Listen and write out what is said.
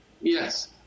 Yes